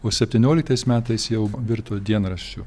o septynioliktais metais jau virto dienraščiu